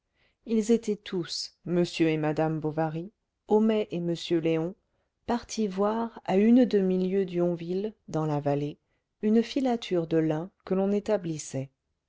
ils étaient tous m et madame bovary homais et m léon partis voir à une demi-lieue d'yonville dans la vallée une filature de lin que l'on établissait